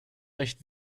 recht